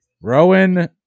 Rowan